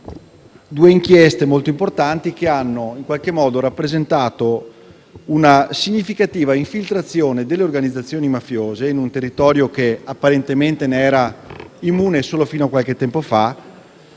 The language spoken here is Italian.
due inchieste molto importanti che hanno rappresentato una significativa infiltrazione delle organizzazioni mafiose in un territorio che apparentemente ne era immune solo fino a qualche tempo fa.